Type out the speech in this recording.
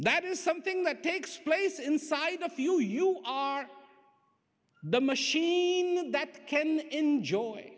that is something that takes place inside a few you are the machine that can enjoy